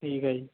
ਠੀਕ ਹੈ ਜੀ